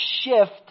shift